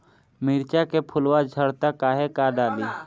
मिरचा के फुलवा झड़ता काहे का डाली?